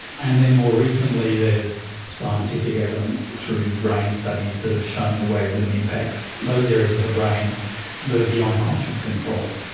and then more recently there is scientific evidence through brain studies that have shown the way rhythm impacts those areas of the brain that are beyond conscious control.